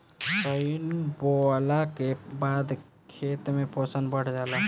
सनइ बोअला के बाद खेत में पोषण बढ़ जाला